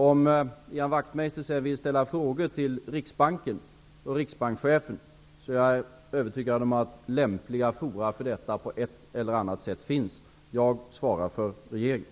Om Ian Wachtmeister vill ställa frågor till riksbankschefen, är jag övertygad om att det på ett eller annat sätt finns lämpliga fora för detta. Jag svarar för regeringen.